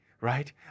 right